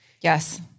Yes